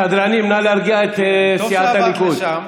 סדרנים, נא להרגיע את סיעת הליכוד.